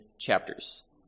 chapters